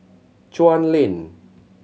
Chuan Lane